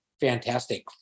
fantastic